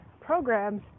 programs